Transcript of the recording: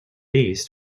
east